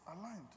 aligned